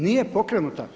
Nije pokrenuta.